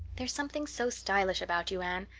there's something so stylish about you, anne,